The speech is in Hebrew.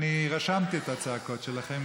אני רשמתי את הצעקות שלכם,